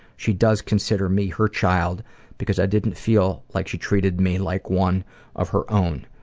she does consider me her child' because i didn't feel like she treated me like one of her own,